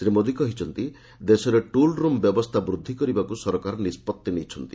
ଶ୍ରୀ ମୋଦି କହିଛନ୍ତି ଦେଶରେ ଟୁଲ୍ରୁମ୍ ବ୍ୟବସ୍ଥା ବୃଦ୍ଧି କରିବାକୁ ସରକାର ନିଷ୍ପଭି ନେଇଛନ୍ତି